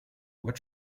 were